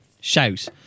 shout